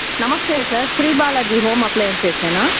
నమస్తే sir Shri Balaji home అప్లేయన్సేసేనా